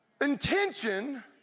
Intention